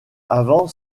avant